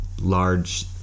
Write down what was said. large